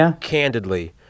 candidly